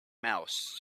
mouse